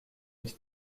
эти